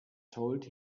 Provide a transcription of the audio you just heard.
told